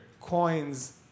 coins